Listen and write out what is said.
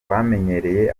twamenyereye